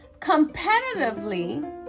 competitively